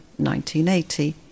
1980